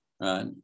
right